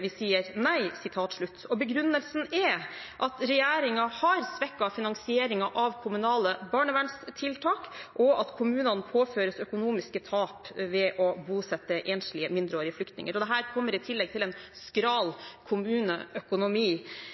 vi sier nei.» Begrunnelsen er at regjeringen har svekket finansieringen av kommunale barnevernstiltak, og at kommunene påføres økonomiske tap ved å bosette enslige mindreårige flyktninger. Dette kommer i tillegg til en skral kommuneøkonomi.